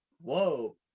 whoa